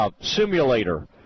simulator